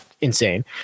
insane